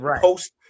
post